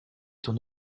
ton